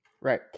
Right